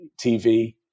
TV